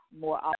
more